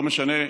לא משנה,